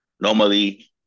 Normally